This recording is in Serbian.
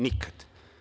Nikad.